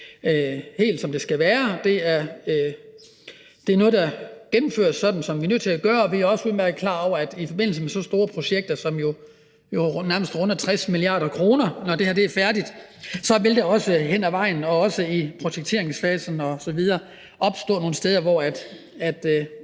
helt, som det skal være. Det er noget, der gennemføres, sådan som vi er nødt til at gøre det. Og vi er også udmærket klar over, at der i forbindelse med så store projekter – det her runder jo nærmest 60 mia. kr., når det er færdigt – hen ad vejen, også i projekteringsfasen osv., vil opstå nogle uklarheder, og